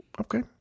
Okay